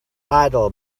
idol